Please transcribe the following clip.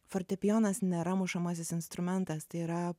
fortepijonas nėra mušamasis instrumentas tai yra